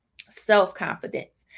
self-confidence